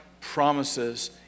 promises